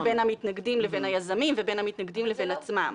בין המתנגדים לבין היזמים ובין המתנגדים לבין עצמם.